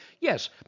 yes